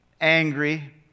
angry